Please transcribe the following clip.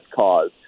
cause